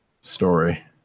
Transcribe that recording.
story